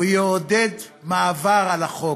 הוא יעודד מעבר על החוק.